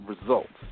results